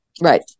Right